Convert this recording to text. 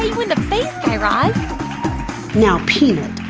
you in the face, guy raz now, peanut,